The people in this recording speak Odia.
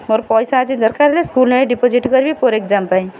ମୋର ପଇସା ଆଜି ଦରକାର ହେଲେ ସ୍କୁଲ୍ ନେଇ ଡିପୋଜିଟ୍ କରିବି ପୁଅର ଏକ୍ଜାମ୍ ପାଇଁ